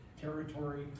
territory